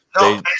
No